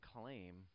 claim